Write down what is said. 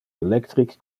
electric